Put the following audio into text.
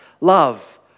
love